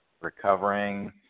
recovering